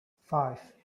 five